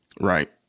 right